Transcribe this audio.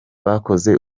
bakoze